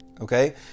Okay